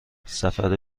سفر